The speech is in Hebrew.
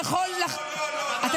לא, לא.